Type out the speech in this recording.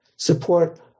support